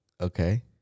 Okay